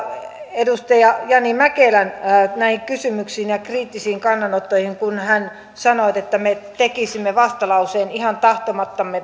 edustaja jani mäkelän kysymyksiin ja kriittisiin kannanottoihin kun hän sanoi että me tekisimme vastalauseen ihan tahtomattamme